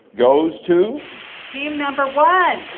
goes to team number one.